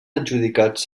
adjudicats